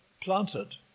planted